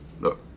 Look